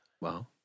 wow